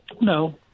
No